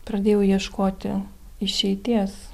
pradėjau ieškoti išeities